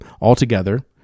altogether